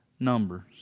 Numbers